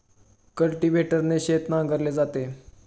कल्टिव्हेटरने शेत नांगरले जाते